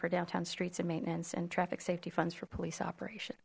for downtown streets and maintenance and traffic safety funds for police operation